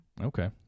Okay